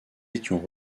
étions